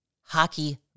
Hockey